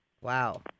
Wow